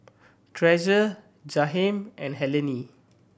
Treasure Jaheim and Helene